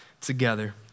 together